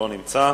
שאינו נמצא.